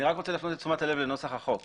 אני רק רוצה להפנות את תשומת הלב לנוסח החוק.